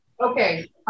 Okay